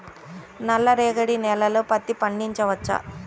నల్ల రేగడి నేలలో పత్తి పండించవచ్చా?